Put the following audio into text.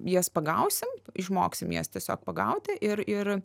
jas pagausim išmoksim jas tiesiog pagauti ir ir